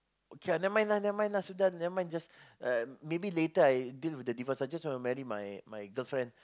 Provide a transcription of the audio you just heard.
okay lah never mind lah never mind lah sudah never mind just maybe later I deal with the divorce lah just want to marry my girlfriend